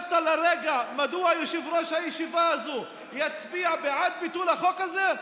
חשבת לרגע מדוע יושב-ראש הישיבה הזאת יצביע בעד ביטול החוק הזה?